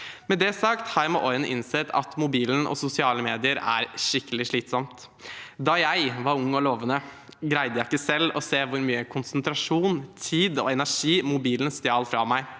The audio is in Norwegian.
Med det sagt har jeg med årene innsett at mobilen og sosiale medier er skikkelig slitsomt. Da jeg var ung og lovende, greide jeg ikke selv å se hvor mye konsentrasjon, tid og energi mobilen stjal fra meg.